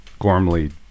Gormley